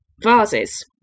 vases